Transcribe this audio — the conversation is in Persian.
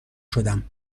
شدم